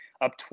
up